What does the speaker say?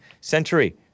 century